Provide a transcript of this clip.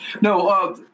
no